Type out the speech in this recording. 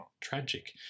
tragic